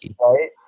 right